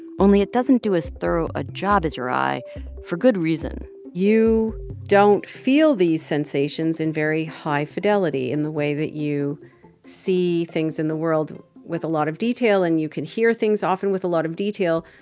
only it doesn't do as thorough a job as your eye for good reason you don't feel these sensations in very high fidelity in the way that you see things in the world with a lot of detail. and you can hear things often with a lot of detail,